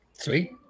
Sweet